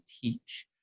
teach